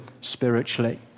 spiritually